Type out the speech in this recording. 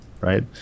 right